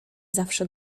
zawsze